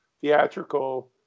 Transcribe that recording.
theatrical